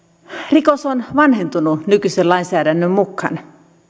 rikos on vanhentunut nykyisen lainsäädännön mukaan